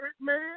man